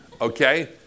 okay